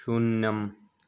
शून्यम्